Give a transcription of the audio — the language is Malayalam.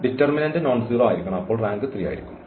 ഡിറ്റർമിനന്റ് നോൺസീറോ ആയിരിക്കണം അപ്പോൾ റാങ്ക് 3 ആയിരിക്കും